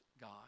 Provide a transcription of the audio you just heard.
God